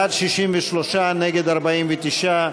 בעד, 63, נגד, 49,